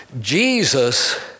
Jesus